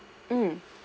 mm